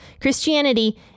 Christianity